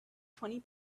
twenty